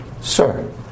sir